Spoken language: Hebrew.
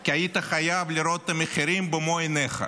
כי היית חייב לראות את המחירים במו עיניך.